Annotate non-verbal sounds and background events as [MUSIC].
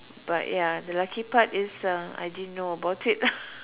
but ya the lucky part is uh I didn't know about it [LAUGHS]